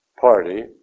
party